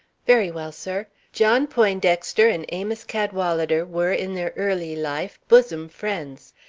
very well, sir. john poindexter and amos cadwalader were, in their early life, bosom friends.